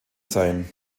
sein